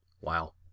Wow